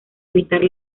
evitar